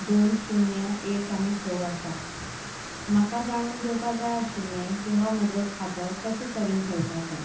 दोन शुन्य एक आनी स आसा म्हाका जाणून घेवपाक जाय आशिल्लें की हो म्हजो खातो कशे तरेन चलता तें